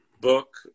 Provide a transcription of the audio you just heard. book